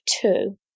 two